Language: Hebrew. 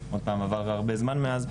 עבר הרבה זמן מאז,